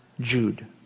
Jude